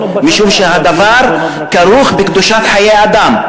משום שהדבר כרוך בקדושת חיי אדם.